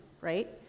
right